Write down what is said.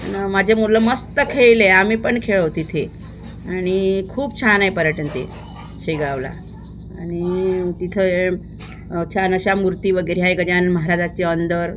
न माझे मुलं मस्त खेळले आम्ही पण खेळो तिथे आणि खूप छान आहे पर्यटन ते शेगावला आणि तिथं छान अशा मूर्ती वगैरे आहे गजानन महाराजाचे अंदर